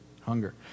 hunger